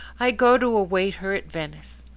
i go to await her at venice.